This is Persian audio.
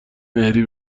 امهری